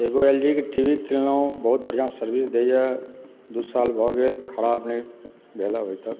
एक बेर एलजीके टी वी किनलहुँ बहुत बढ़िआँ सर्विस दैया बीस साल भए गेल खराब नहि भेल हँ अभी तक